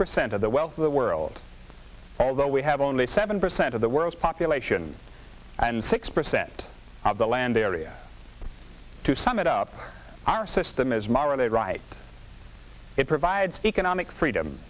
percent of the wealth of the world although we have only seven percent of the world's population and six percent of the land area to sum it up our system is morally right it provides economic freedom